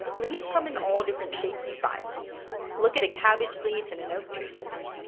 leaves come in all different shapes and sizes look at a cabbage leaf. and an oak tree leaf.